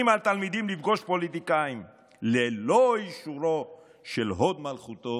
על תלמידים לפגוש פוליטיקאים ללא אישורו של הוד מלכותו